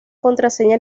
contraseña